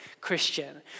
Christian